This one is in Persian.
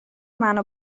منو